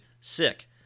sick